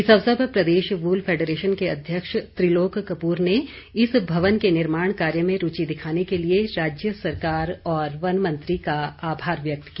इस अवसर पर प्रदेश वूल फेडरेशन के अध्यक्ष त्रिलोक कपूर ने इस भवन के निर्माण कार्य में रूचि दिखाने के लिए राज्य सरकार और वन मंत्री का आभार व्यक्त किया